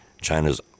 China's